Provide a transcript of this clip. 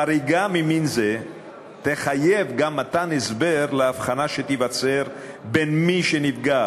חריגה ממין זה תחייב גם מתן הסבר להבחנה שתיווצר בין מי שנפגע